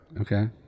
Okay